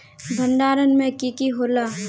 भण्डारण में की की होला?